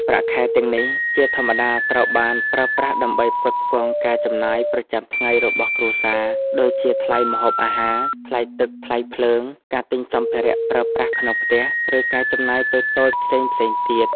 ប្រាក់ខែទាំងនេះ ជាធម្មតាត្រូវបានប្រើប្រាស់ដើម្បីផ្គត់ផ្គង់ការចំណាយប្រចាំថ្ងៃរបស់គ្រួសារ ដូចជាថ្លៃម្ហូបអាហារ ថ្លៃទឹក ថ្លៃភ្លើង ការទិញសម្ភារៈប្រើប្រាស់ក្នុងផ្ទះ ឬការចំណាយតូចៗផ្សេងៗទៀត។